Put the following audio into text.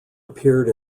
appeared